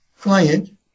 client